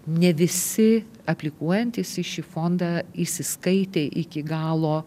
ne visi aplikuojantys į šį fondą įsiskaitė iki galo